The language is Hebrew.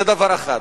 זה דבר אחד.